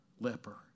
leper